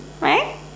right